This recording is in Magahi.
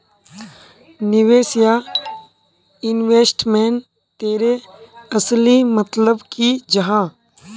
निवेश या इन्वेस्टमेंट तेर असली मतलब की जाहा?